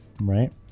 Right